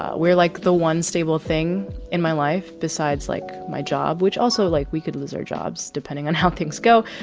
ah we're like the one stable thing in my life besides like my job, which also like we could lose our jobs depending on how things go.